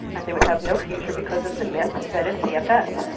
and they would have no future because of the myth that is cfs.